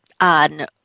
on